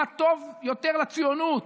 ממה טוב יותר לציונות.